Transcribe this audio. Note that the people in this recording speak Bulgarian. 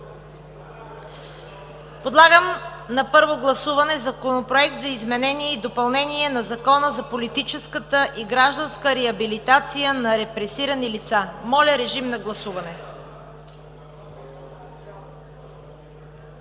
Подлагам на първо гласуване Законопроекта за изменение и допълнение на Закона за политическа и гражданска реабилитация на репресирани лица. Гласували